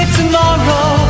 tomorrow